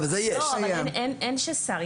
אין "ששר".